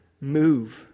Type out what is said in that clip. move